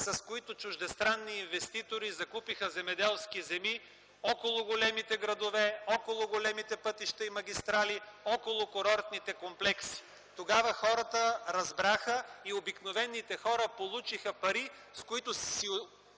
с които чуждестранни инвеститори закупиха земеделски земи около големите градове, около големите пътища и магистрали, около курортните комплекси. Тогава хората разбраха и обикновените хора получиха пари, с които си